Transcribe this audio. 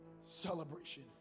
celebration